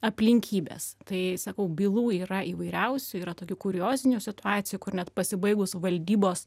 aplinkybės tai sakau bylų yra įvairiausių yra tokių kuriozinių situacijų kur net pasibaigus valdybos